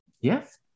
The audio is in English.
Yes